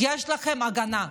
יש לכן הגנה.